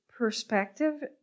perspective